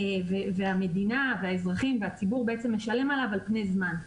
והמדינה והאזרחים והציבור בעצם משלם עליו לאורך זמן.